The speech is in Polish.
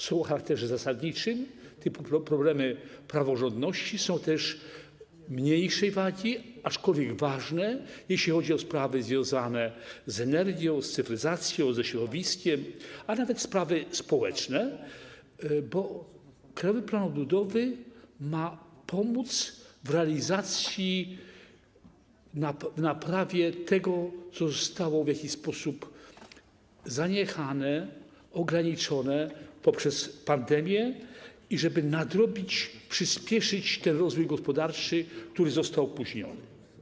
Są o charakterze zasadniczym, typu problemy z praworządnością, są też mniejszej wagi, aczkolwiek ważne, jeśli chodzi o sprawy związane z energią, z cyfryzacją, ze środowiskiem, a nawet sprawy społeczne, bo Krajowy Plan Odbudowy ma pomóc w naprawie tego, co zostało w jakiś sposób zaniechane, ograniczone przez pandemię, i chodzi o to, żeby nadrobić, przyspieszyć ten rozwój gospodarczy, który został opóźniony.